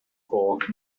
fork